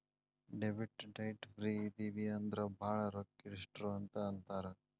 debit ಡೈಟ್ ಫ್ರೇ ಇದಿವಿ ಅಂದ್ರ ಭಾಳ್ ರೊಕ್ಕಿಷ್ಟ್ರು ಅಂತ್ ಅಂತಾರ